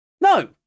No